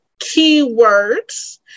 keywords